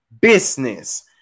business